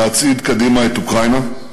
להצעיד קדימה את אוקראינה.